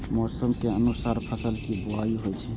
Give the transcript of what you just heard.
मौसम के अनुसार फसल के बुआइ होइ छै